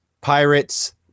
pirates